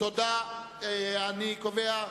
תודה רבה.